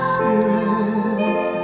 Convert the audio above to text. Spirit